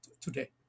today